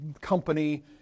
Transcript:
company